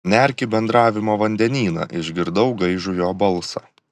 nerk į bendravimo vandenyną išgirdau gaižų jo balsą